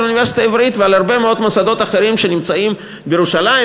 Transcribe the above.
על האוניברסיטה העברית ועל הרבה מאוד מוסדות אחרים שנמצאים בירושלים,